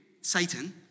Satan